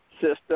system